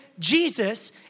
Jesus